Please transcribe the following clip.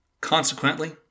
Consequently